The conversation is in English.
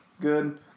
good